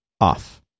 off